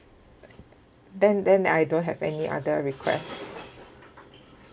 then then I don't have any other request